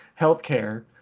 healthcare